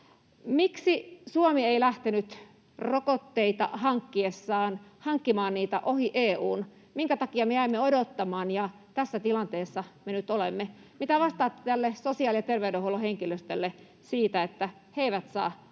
Miksi Suomi ei lähtenyt rokotteita hankkiessaan hankkimaan niitä ohi EU:n? Minkä takia me jäimme odottamaan? Tässä tilanteessa me nyt olemme. Mitä vastaatte sosiaali- ja terveydenhuollon henkilöstölle siitä, että he eivät saa